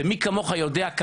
ומי כמוך יודע,